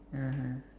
(uh huh)